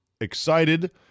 excited